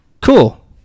cool